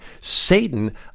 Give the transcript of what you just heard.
Satan